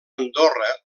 andorra